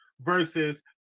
versus